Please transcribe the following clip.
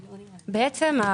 בעצם,